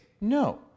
No